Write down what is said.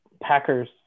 Packers